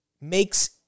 makes